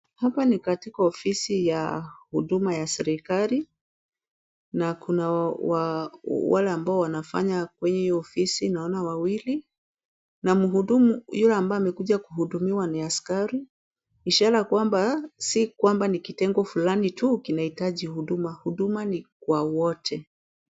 Hapa ni katika ofisi ya huduma ya serikali, na kuna wale ambao wanafanya kwenye hiyo ofisi naona wawili, na mhudumu yule ambaye amekuja kuhudumiwa ni askari. Ishara kwamba si kwamba ni kitengo fulani tu kinahitaji huduma, huduma ni kwa wote.